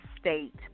state